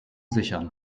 sichern